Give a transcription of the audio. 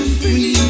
free